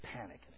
panic